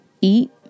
eat